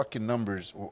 numbers